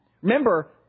Remember